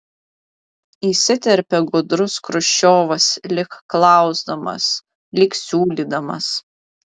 įsiterpė gudrus chruščiovas lyg klausdamas lyg siūlydamas